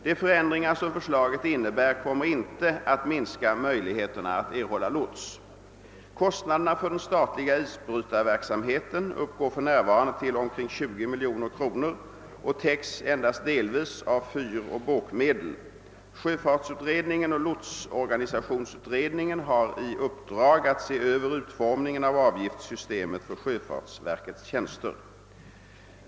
De förändringar som förslaget innebär kommer inte att minska möjligheterna att erhålla lots. Kostnaderna för den statliga isbrytarverksamheten uppgår för närvarande till omkring 20 miljoner kronor och täcks endast delvis av fyroch båkmedel. Sjöfartsutredningen och lotsorganisationsutredningen har i uppdrag att se över utformningen av avgiftssystemet för sjöfartsverkets tjänster.